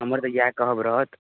हमर तऽ इएह कहब रहत